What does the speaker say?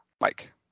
Mike